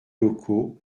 locaux